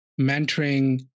mentoring